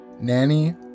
Nanny